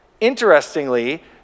Interestingly